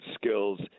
skills